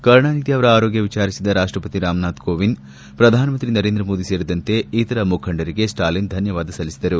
ಕರುಣಾನಿಧಿ ಅವರ ಆರೋಗ್ಯ ವಿಚಾರಿಸಿದ ರಾಷ್ಲಪತಿ ರಾಮನಾಥ್ ಕೋವಿಂದ್ ಪ್ರಧಾನಮಂತ್ರಿ ನರೇಂದ್ರ ಮೋದಿ ಸೇರಿದಂತೆ ಇತರ ಮುಖಂಡರಿಗೆ ಸ್ನಾಲಿನ್ ಧನ್ನವಾದ ಸಲ್ಲಿಸಿದರು